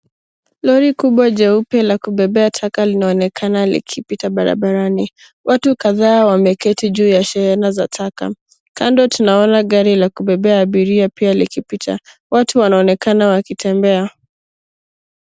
Lori kubwa jeupe la kubebea taka linaonekana likipita barabarani ,watu kadhaa wameketi juu ya shehena za taka, kando tunaona gari la kubebea abiria pia likipita. Watu wanaonekana wakitembea.